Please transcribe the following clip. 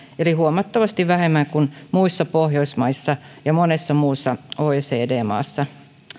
eli huomattavasti vähemmän kuin muissa pohjoismaissa ja monessa muussa oecd maassa